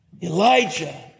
Elijah